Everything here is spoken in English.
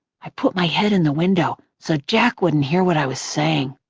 i put my head in the window so jack wouldn't hear what i was saying.